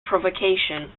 provocation